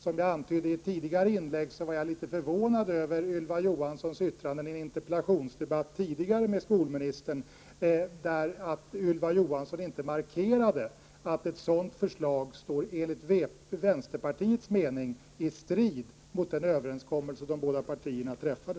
Som jag antydde i ett tidigare inlägg var jag litet förvånad över Ylva Johanssons yttranden i en interpellationsdebatt med skolministern tidigare, där Ylva Johansson inte markerade att ett sådant förslag enligt vänsterpartiets mening står i strid mot den överenskommelse de båda partierna träffade.